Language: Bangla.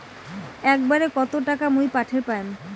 একবারে কত টাকা মুই পাঠের পাম?